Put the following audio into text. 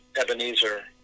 Ebenezer